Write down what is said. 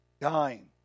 dying